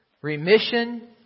remission